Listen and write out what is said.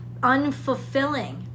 unfulfilling